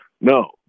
No